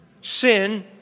Sin